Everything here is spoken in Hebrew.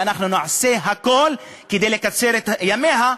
ואנחנו נעשה הכול כדי לקצר את ימיה,